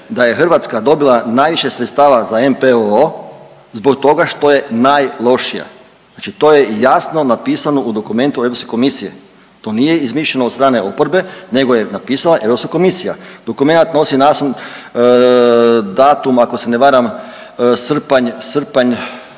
da je Hrvatska dobila najviše sredstava za NPOO zbog toga što je najlošija. Znači to je jasno napisano u dokumentu u Europske komisije. To nije izmišljeno od strane oporbe nego je napisala EK. Dokumenat nosi naslov, datum, ako se ne varam, srpanj,